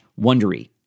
Wondery